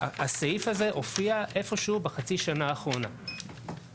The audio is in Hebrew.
הסעיף הזה הופיע איפשהו בחצי שנה האחרונה,